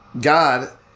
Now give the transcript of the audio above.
God